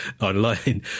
online